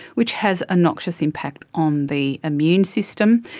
which has a noxious impact on the immune system.